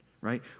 right